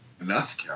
Enough